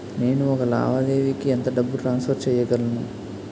నేను ఒక లావాదేవీకి ఎంత డబ్బు ట్రాన్సఫర్ చేయగలను?